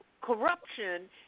corruption